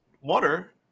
water